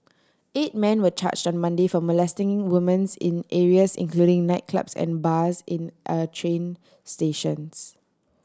eight men were charged on Monday for molesting women's in areas including nightclubs and bars in a train stations